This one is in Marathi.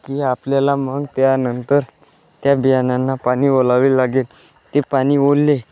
की आपल्याला मग त्यानंतर त्या बियाणांना पाणी ओलावे लागेल ते पाणी ओल्ले